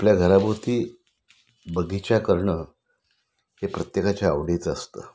आपल्या घराभोवती बगीचा करणं हे प्रत्येकाच्या आवडीचं असतं